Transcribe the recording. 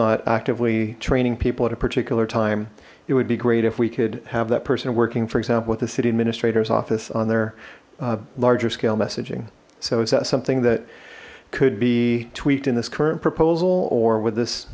not actively training people at a particular time it would be great if we could have that person working for example with the city administrator's office on their larger scale messaging so is that something that could be tweaked in this current proposal or with this